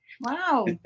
Wow